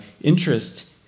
interest